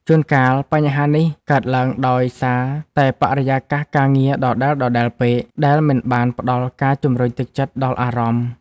ជួនកាល បញ្ហានេះកើតឡើងដោយសារតែបរិយាកាសការងារដដែលៗពេក ដែលមិនបានផ្ដល់ការជំរុញទឹកចិត្តដល់អារម្មណ៍។